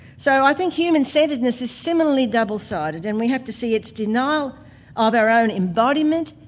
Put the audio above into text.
so i think human centredness is similarly double-sided and we have to see its denial of our own embodiment,